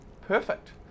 Perfect